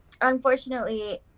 Unfortunately